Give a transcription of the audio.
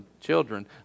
children